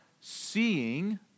seeing